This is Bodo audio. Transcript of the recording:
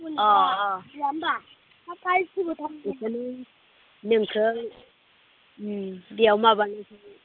अ अ नोंसोर बेयाव माबानायखौनो